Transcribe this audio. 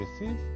receive